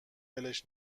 ولش